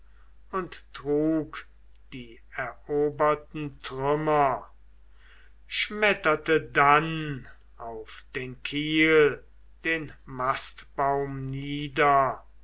und trug die eroberten trümmer schmetterte dann auf den kiel den mastbaum nieder